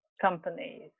companies